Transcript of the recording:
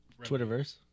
Twitterverse